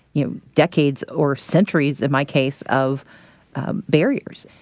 you know, decades or centuries, in my case of barriers.